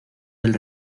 del